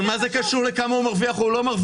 אבל מה זה קשור לכמה הוא מרוויח או לא מרוויח?